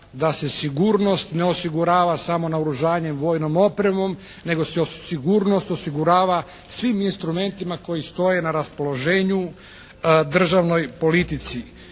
da se sigurnost ne osigurava samo naoružanjem, vojnom opremom, nego se sigurnost osigurava svim instrumentima koji stoje na raspoloženju državnoj politici